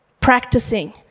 practicing